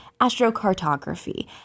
astrocartography